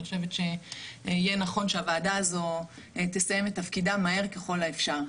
אני חושבת שיהיה נכון שהוועדה הזו תסתיים את תפקידה מהר ככל האפשר.